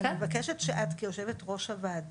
ואני מבקשת שאת, כיושבת-ראש הוועדה,